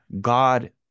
God